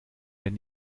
wenn